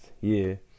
year